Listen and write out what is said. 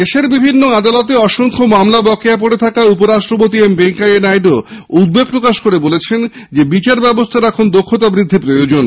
দেশের বিভিন্ন আদালতে অসংখ্য মামলা বকেয়া পড়ে থাকায় উপ রাষ্ট্রপতি এম ভেঙ্কাইয়া নায়ডু উদ্বেগ প্রকাশ করে বলেছেন বিচার ব্যবস্হার দক্ষতা বৃদ্ধি প্রয়োজন